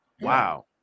Wow